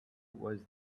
was